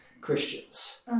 Christians